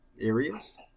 areas